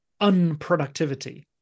unproductivity